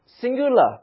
singular